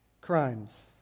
crimes